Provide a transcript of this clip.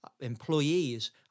employees